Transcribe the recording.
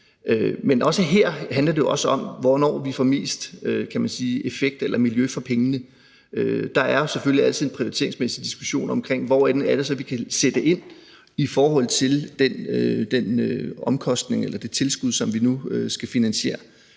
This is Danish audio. Men også her handler det om, hvordan vi får mest effekt, kan man sige, eller mest miljø for pengene. Der er selvfølgelig altid en prioriteringsmæssig diskussion omkring, hvor det så er, vi kan sætte ind i forhold til den omkostning eller det tilskud, som vi nu skal finansiere.